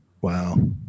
Wow